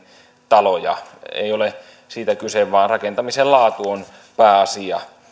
taloja ei ole siitä kyse vaan rakentamisen laatu on pääasia